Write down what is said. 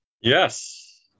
Yes